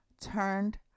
turned